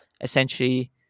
essentially